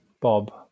Bob